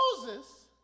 Moses